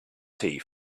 tea